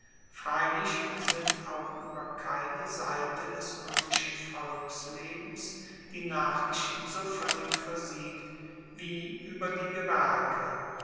freilich sind auch ueber keine seite des roemischen volkslebens die nachrichten so voellig versiegt wie ueber die gewerke